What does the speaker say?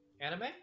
anime